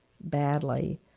badly